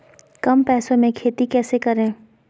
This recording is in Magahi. कम पैसों में खेती कैसे करें?